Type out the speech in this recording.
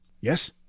Yes